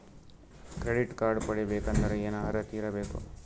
Credit card ಪಡಿಬೇಕಂದರ ಏನ ಅರ್ಹತಿ ಇರಬೇಕು?